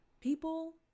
people